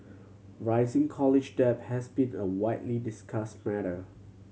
rising college debt has been a widely discussed matter